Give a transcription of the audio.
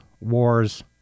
wars